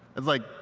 it's like,